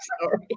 sorry